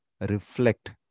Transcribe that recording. reflect